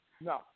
No